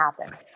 happen